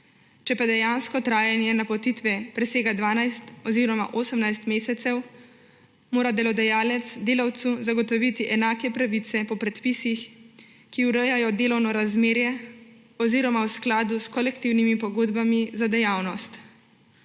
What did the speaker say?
Če pa dejansko trajanje napotitve presega 12 oziroma 18 mesecev, mora delodajalec delavcu zagotoviti enake pravice po predpisih, ki urejajo delovno razmerje, oziroma v skladu s kolektivnimi pogodbami za dejavnost.